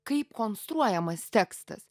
kaip konstruojamas tekstas